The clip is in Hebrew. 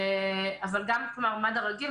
אבל גם מד"א רגיל,